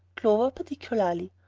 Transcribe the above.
clover particularly.